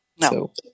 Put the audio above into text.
No